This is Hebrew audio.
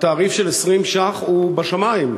התעריף של 20 ש"ח הוא בשמים,